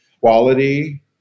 Quality